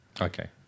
okay